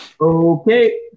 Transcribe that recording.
okay